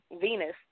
Venus